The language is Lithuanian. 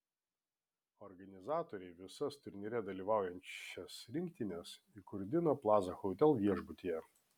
organizatoriai visas turnyre dalyvaujančias rinktines įkurdino plaza hotel viešbutyje